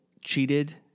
cheated